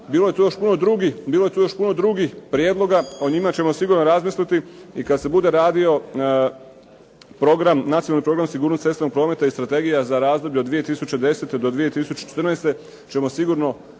Bilo je tu još puno drugih prijedloga. O njima ćemo sigurno razmisliti i kad se bude radio Nacionalno program sigurnosti cestovnog prometa i strategija za razdoblje od 2010. od 2014. ćemo sigurno